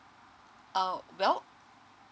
uh well